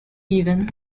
given